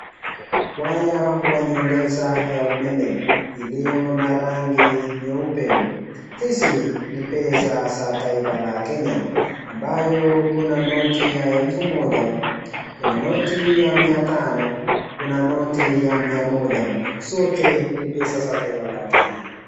Waya ya nyongeza ya umeme, iliyo na rangi nyeupe. Hizi ni pesa za taifa la Kenya, ambayo Kuna noti ya elfu Moja, Kuna noti ya mia Tano, Kuna noti ya mia Moja. Zote ni pesa ya taifa la Kenya.